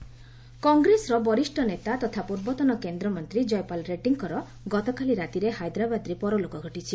ଜୟପାଲ୍ ରେଡ଼ୀ କଂଗ୍ରେସର ବରିଷ ନେତା ତଥା ପୂର୍ବତନ କେନ୍ଦ୍ରମନ୍ତ୍ରୀ ଜୟପାଲ୍ ରେଡ୍ରୀଙ୍କର ଗତକାଲି ରାତିରେ ହାଇଦ୍ରାବାଦରେ ପରଲୋକ ଘଟିଛି